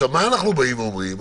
מה אנחנו באים ואומרים?